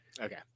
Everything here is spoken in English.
Okay